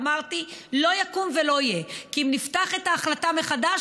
ואמרתי: לא יקום ולא יהיה כי אם נפתח את ההחלטה מחדש,